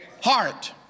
Heart